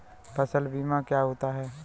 फसल बीमा क्या होता है?